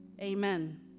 amen